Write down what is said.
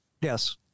Yes